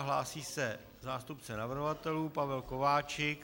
Hlásí se zástupce navrhovatelů Pavel Kováčik.